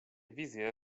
wizje